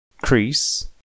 Crease